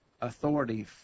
authority